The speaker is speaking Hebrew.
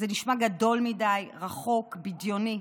זה נשמע גדול מדי, רחוק, בדיוני.